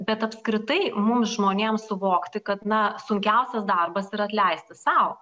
bet apskritai mums žmonėms suvokti kad na sunkiausias darbas yra atleisti sau